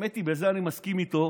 האמת היא שבזה אני מסכים איתו,